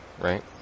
right